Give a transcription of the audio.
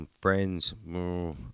friends